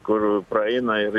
kur praeina ir